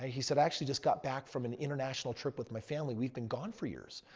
ah he said actually just got back from an international trip with my family. we've been gone for years.